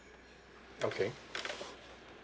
okay